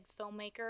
filmmaker